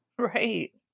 Right